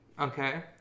Okay